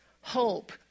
hope